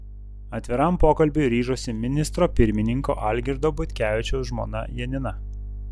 atviram pokalbiui ryžosi ministro pirmininko algirdo butkevičiaus žmona janina